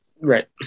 Right